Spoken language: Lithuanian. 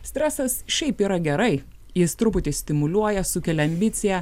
stresas šiaip yra gerai jis truputį stimuliuoja sukelia ambiciją